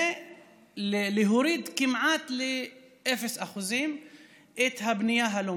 זה להוריד כמעט ל-0% את הבנייה הלא-מותרת.